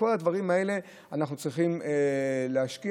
בכל הדברים האלה אנחנו צריכים להשקיע.